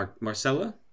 marcella